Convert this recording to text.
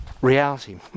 reality